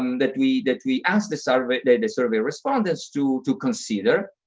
um that we that we asked the survey the survey respondents to to consider.